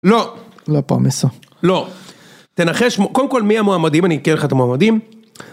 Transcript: לא. לא פרמסה. לא. תנחש, קודם כל מי המועמדים, אני אקריא לך את המועמדים.